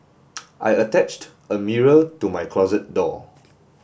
I attached a mirror to my closet door